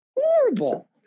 Horrible